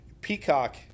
Peacock